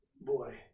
Boy